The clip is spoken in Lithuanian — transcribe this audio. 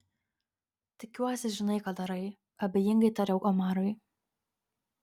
tikiuosi žinai ką darai abejingai tariau omarui